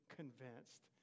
convinced